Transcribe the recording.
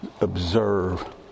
observe